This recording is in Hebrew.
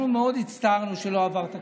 אנחנו מאוד הצטערנו שלא עבר תקציב.